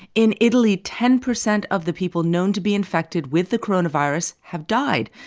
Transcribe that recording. in italy, ten percent of the people known to be infected with the coronavirus have died.